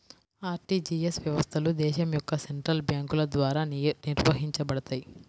RTGS వ్యవస్థలు దేశం యొక్క సెంట్రల్ బ్యేంకుల ద్వారా నిర్వహించబడతయ్